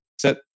set